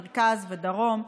מרכז ודרום,